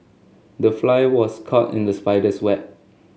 the fly was caught in the spider's web